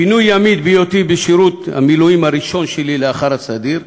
פינוי ימית בהיותי בשירות המילואים הראשון שלי לאחר הסדיר,